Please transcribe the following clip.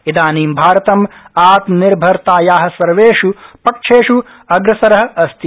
इदानीं भारतम् आत्मनिर्भरताया सर्वेष् पक्षेष् अग्रसर अस्ति